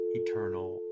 eternal